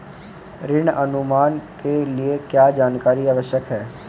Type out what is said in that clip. ऋण अनुमान के लिए क्या जानकारी आवश्यक है?